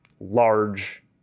large